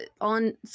on